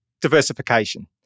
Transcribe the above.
diversification